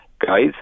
guys